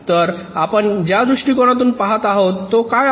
तर आपण ज्या दृष्टिकोनातून पाहत आहोत तो काय आहे